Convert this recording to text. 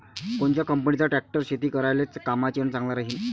कोनच्या कंपनीचा ट्रॅक्टर शेती करायले कामाचे अन चांगला राहीनं?